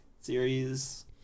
series